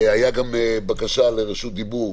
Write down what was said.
הייתה גם בקשה לרשות דיבור,